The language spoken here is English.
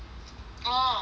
orh ora